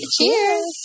Cheers